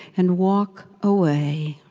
and walk away.